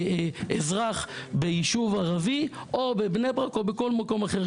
אזרח ביישוב ערבי או בבני ברק או בכל מקום אחר,